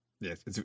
Yes